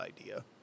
idea